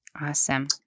Awesome